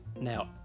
Now